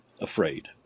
afraid